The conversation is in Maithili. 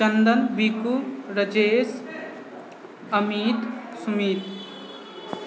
चन्दन बीकू राजेश अमित सुमित